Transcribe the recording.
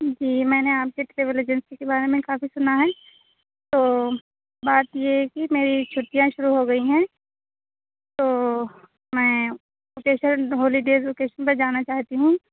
جی میں نے آپ کے ٹریویل ایجنسی کے بارے میں کافی سنا ہے تو بات یہ ہے کہ میری چھٹیاں شروع ہو گئی ہیں تو میں ووکیشنل ہالیڈیز ووکیشن پر جانا چاہتی ہوں